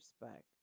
respect